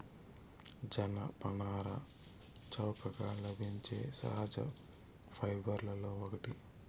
జనపనార చౌకగా లభించే సహజ ఫైబర్లలో ఒకటి